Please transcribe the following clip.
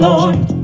Lord